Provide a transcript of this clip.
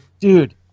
dude